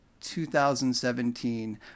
2017